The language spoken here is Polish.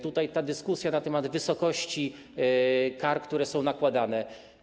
Tutaj była ta dyskusja na temat wysokości kar, które są nakładane.